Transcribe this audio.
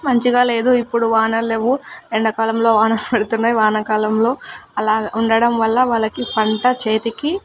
మంచిగా లేదు ఇప్పుడు వానలు లేవు ఎండాకాలంలో వానలు పడుతున్నాయి వాన కాలంలో అలాగా ఉండడం వల్ల వాళ్ళకి పంట చేతికి